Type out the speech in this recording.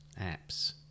Apps